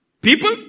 People